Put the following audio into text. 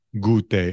Gute